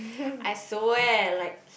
I swear like